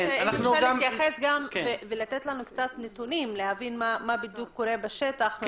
אם תוכל לתת לנו קצת נתונים להבין מה בדיוק קורה בשטח.